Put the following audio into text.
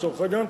לצורך העניין,